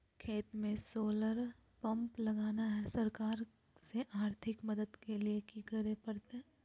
खेत में solar pump लगाना है, सरकार से आर्थिक मदद के लिए की करे परतय?